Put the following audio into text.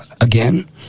again